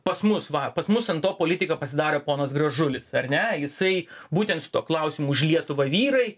pas mus va pas mus ant to politiką pasidarė ponas gražulis ar ne jisai būtent su tuo klausimu už lietuvą vyrai